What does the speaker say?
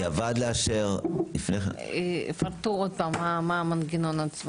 אפשר לפרט מהו המנגנון,